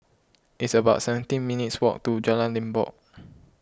it's about seventeen minutes' walk to Jalan Limbok